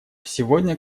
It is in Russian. сегодня